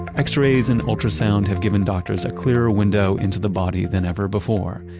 x-rays and ultrasound have given doctors a clearer window into the body than ever before.